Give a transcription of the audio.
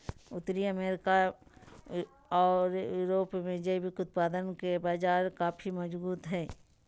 उत्तरी अमेरिका ओर यूरोप में जैविक उत्पादन के बाजार काफी मजबूत हइ